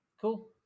Cool